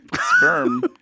sperm